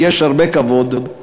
ויש הרבה כבוד,